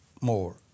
more